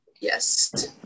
Yes